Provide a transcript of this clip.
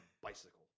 bicycle